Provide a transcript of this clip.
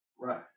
Right